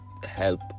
help